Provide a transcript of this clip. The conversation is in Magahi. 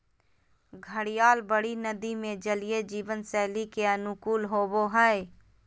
घड़ियाल बड़ी नदि में जलीय जीवन शैली के अनुकूल होबो हइ